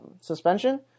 suspension